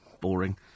boring